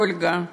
את אולגה,